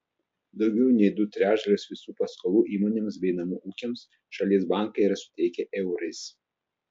daugiau nei du trečdalius visų paskolų įmonėms bei namų ūkiams šalies bankai yra suteikę eurais